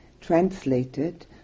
translated